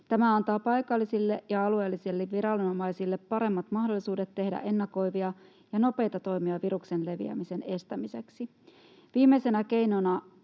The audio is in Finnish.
Tämä antaa paikallisille ja alueellisille viranomaisille paremmat mahdollisuudet tehdä ennakoivia ja nopeita toimia viruksen leviämisen estämiseksi. Viimeisenä keinona